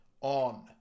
on